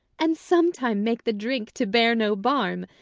and sometime make the drink to bear no barm,